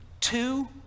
two